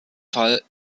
fall